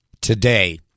today